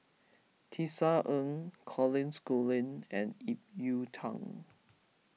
Tisa Ng Colin Schooling and Ip Yiu Tung